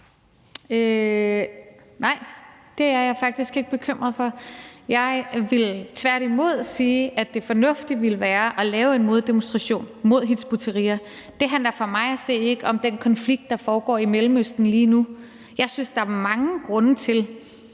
Nej, det er jeg faktisk ikke bekymret for. Jeg vil tværtimod sige, at det fornuftige ville være at lave en moddemonstration mod Hizb ut-Tahrir. Det handler for mig at se ikke om den konflikt, der foregår i Mellemøsten lige nu. Jeg synes, der er mange grunde til,